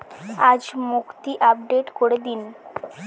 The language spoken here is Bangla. আজ মুক্তি আপডেট করে দিন